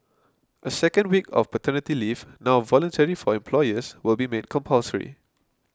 a second week of paternity leave now voluntary for employers will be made compulsory